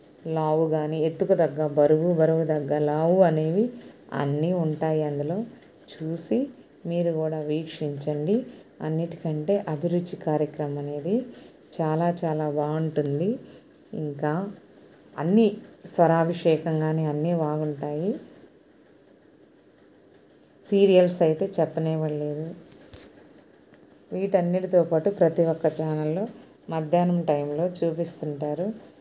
లావు కాని ఎత్తుకు తగ్గ బరువు బరువు తగ్గ లావు అనేవి అన్నీ ఉంటాయి అందులో చూసి మీరు కూడా వీక్షించండి అన్నిటికంటే అభిరుచి కార్యక్రమం అనేది చాలా చాలా బాగుంటుంది ఇంకా అన్నీ స్వరాభిషేకం కాని అన్ని బాగుంటాయి సీరియల్స్ అయితే చెప్పనేబడ్లేదు వీటన్నిటితో పాటు ప్రతి ఒక్క ఛానల్లో మధ్యాహ్నం టైంలో చూపిస్తుంటారు